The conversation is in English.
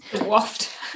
waft